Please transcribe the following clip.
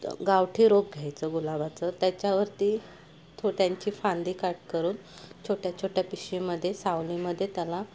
तर गावठी रोप घ्यायचं गुलाबाचं त्याच्यावरती थोट्यांची फांदी काट करून छोट्या छोट्या पिशवीमध्ये सावलीमध्ये त्याला